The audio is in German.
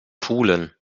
pulen